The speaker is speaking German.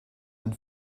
ein